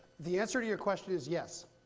the answer to your question is yes.